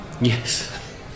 Yes